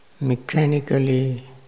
mechanically